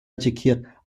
educate